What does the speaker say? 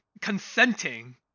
consenting